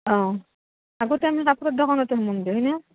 অঁ আগতে আমি কাপোৰৰ দোকানতে সোমামগে নহয়নে